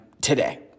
today